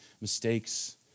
mistakes